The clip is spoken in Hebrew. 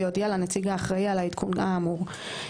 ויודיע לנציג האחראי על העדכון האמור.